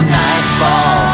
nightfall